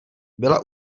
byla